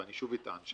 ואני שוב אטען,